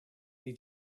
they